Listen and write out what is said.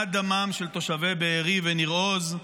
עד דמם של תושבי בארי וניר עוז,